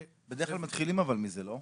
בדרך כלל מתחילים אבל מזה, לא?